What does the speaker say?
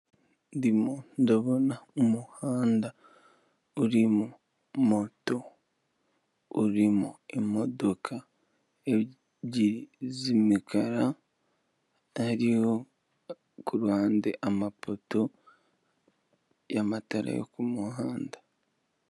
Ndimo ndabona umuhanda urimo moto, urimo imodoka ebyiri z'imikarara ariyo kuruhande amapoto y'amatara yo ku muhanda.